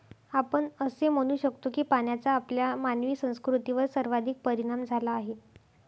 आपण असे म्हणू शकतो की पाण्याचा आपल्या मानवी संस्कृतीवर सर्वाधिक परिणाम झाला आहे